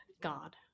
God